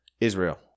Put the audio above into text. Israel